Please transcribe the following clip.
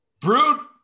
Brood